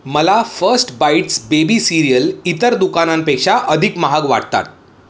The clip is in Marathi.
मला फस्ट बाईट्स बेबी सिरियल इतर दुकानांपेक्षा अधिक महाग वाटतात